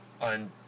on